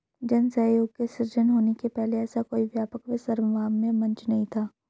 जन सहयोग के सृजन होने के पहले ऐसा कोई व्यापक व सर्वमान्य मंच नहीं था